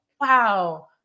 Wow